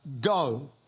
go